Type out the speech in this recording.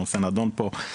הנושא נדון פה,